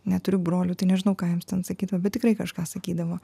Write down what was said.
neturiu brolių tai nežinau ką jiems ten sakydavo bet tikrai kažką sakydavo